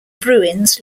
bruins